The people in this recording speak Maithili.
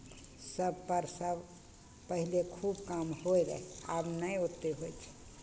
सभपर सभ पहिले खूब काम होइत रहय आब नहि ओतेक होइ छै